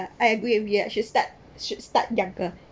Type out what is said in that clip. I agree we ya should start should start younger